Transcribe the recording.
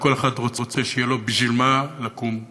וכל אחד רוצה שיהיה לו בשביל מה לקום בבוקר: